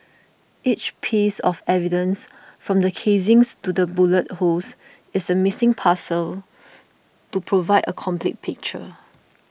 each piece of evidence from the casings to the bullet holes is a missing puzzle to provide a complete picture